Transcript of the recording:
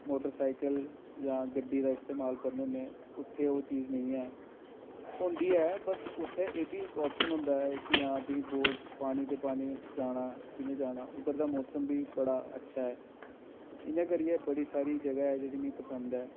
motorcycle जां गड्डी दा इस्तेमाल करने होने उत्थै ओह् चीज नेईं ऐ होंदी ऐ बट उत्थै एह् बी इक आप्शन होंदा ऐ कि हां तुस बोट पानी दे पानी जाना कि'यां जाना उद्धर दा मौसम बी बड़ा अच्छा ऐ इ'यां करियै बड़ी सारी जगह् ऐ जेह्ड़ी मिगी पसंद ऐ